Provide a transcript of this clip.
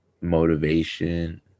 motivation